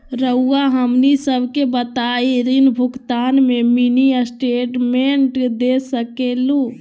रहुआ हमनी सबके बताइं ऋण भुगतान में मिनी स्टेटमेंट दे सकेलू?